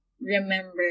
remember